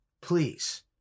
please